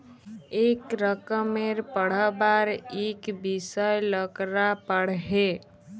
ইক রকমের পড়্হাবার ইক বিষয় লকরা পড়হে